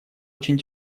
очень